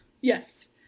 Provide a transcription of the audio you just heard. Yes